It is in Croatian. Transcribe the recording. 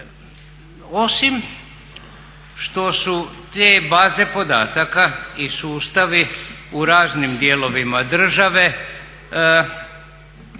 osim što su te baze podataka i sustavi u raznim dijelovima države